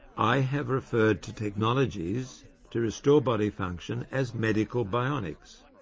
i have referred to technologies to restore body function as medical bionics.